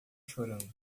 chorando